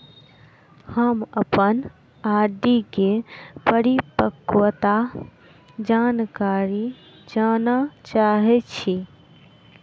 हम अप्पन आर.डी केँ परिपक्वता जानकारी जानऽ चाहै छी